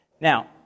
Now